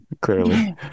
clearly